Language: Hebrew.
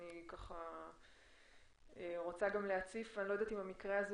אני רוצה גם להציף מקרה,